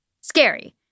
Scary